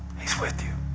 he's with you.